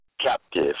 captive